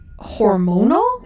hormonal